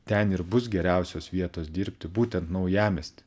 ten ir bus geriausios vietos dirbti būtent naujamiesty